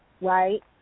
right